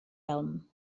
elm